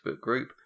group